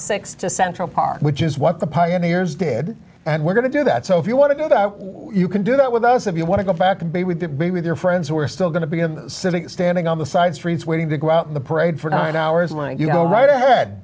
six to central park which is what the pioneers did and we're going to do that so if you want to do that you can do that with us if you want to go back and be with be with your friends who are still going to be sitting standing on the side streets waiting to go out in the parade for nine hours